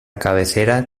cabecera